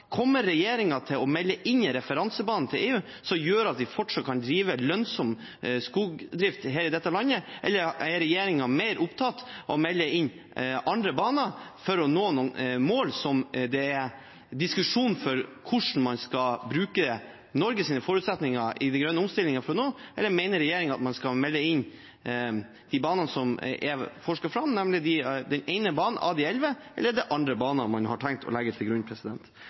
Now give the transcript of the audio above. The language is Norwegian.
Kommer regjeringen til å melde inn en referansebane til EU som gjør at vi fortsatt kan ha lønnsom skogdrift her i dette landet, eller er regjeringen mer opptatt av å melde inn andre baner for å nå noen mål som det er diskusjon om hvordan man skal bruke Norges forutsetninger i den grønne omstillingen for å nå, eller mener regjeringen at man skal melde inn de banene som er forsket fram, nemlig den ene banen av de elleve, eller er det andre baner man har tenkt å legge til grunn?